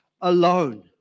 alone